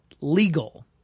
legal